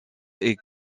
est